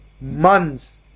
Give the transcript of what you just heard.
months